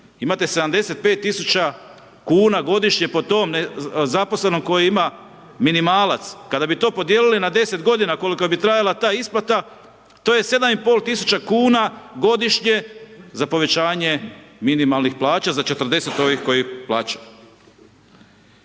imate 75 000 kuna godišnje po tome nezaposlenom koji ima minimalac, kada bi to podijelili na 10 g. koliko bi trajala ta isplata, to je 7500 kuna godišnje za povećanje minimalnih plaća, za 40 ovih koje plaća.